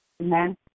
Amen